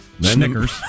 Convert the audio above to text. Snickers